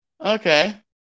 Okay